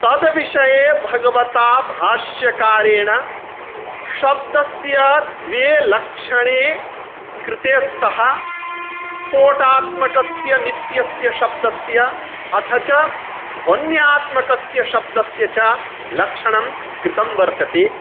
तद् विषये भगवता भाष्यकारेण शब्दस्य द्वे लक्षणे कृते स्तः स्फोटात्मकस्य नित्यस्य शब्दस्य अथ च ध्वन्यात्मकस्य शब्दस्य च लक्षणं कृतं वर्तते